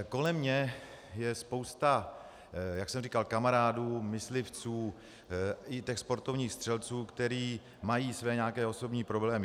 Kolem mě je spousta, jak jsem říkal, kamarádů, myslivců i těch sportovních střelců, kteří mají své nějaké osobní problémy.